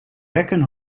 wekken